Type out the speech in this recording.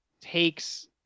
takes